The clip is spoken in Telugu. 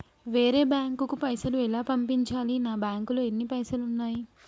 వేరే బ్యాంకుకు పైసలు ఎలా పంపించాలి? నా బ్యాంకులో ఎన్ని పైసలు ఉన్నాయి?